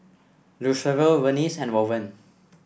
Lucero Vernice and Owen